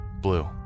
Blue